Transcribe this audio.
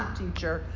teacher